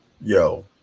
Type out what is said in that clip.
Yo